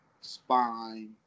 spine